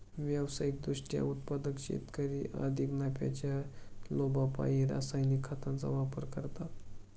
व्यावसायिक दृष्ट्या उत्पादक शेतकरी अधिक नफ्याच्या लोभापायी रासायनिक खतांचा वापर करतात